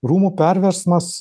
rūmų perversmas